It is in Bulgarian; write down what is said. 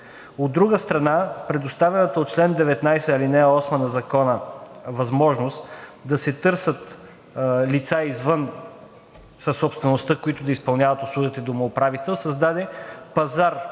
От друга страна, предоставената от чл. 19, ал. 8 на Закона възможност да се търсят лица извън съсобствеността, които да изпълняват услугата „домоуправител“ създаде пазар